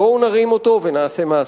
בואו נרים אותו ונעשה מעשה.